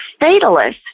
fatalist